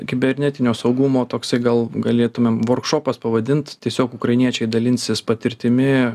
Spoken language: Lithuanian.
kibernetinio saugumo toksai gal galėtumėm vargšopas pavadint tiesiog ukrainiečiai dalinsis patirtimi